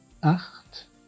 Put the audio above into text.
acht